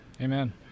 Amen